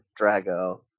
Drago